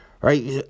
Right